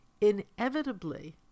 inevitably